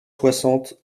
soixante